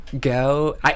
go